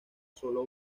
solo